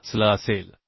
85L असेल